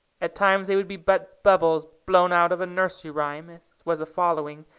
at times they would be but bubbles blown out of a nursery rhyme, as was the following,